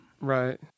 right